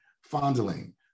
fondling